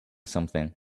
something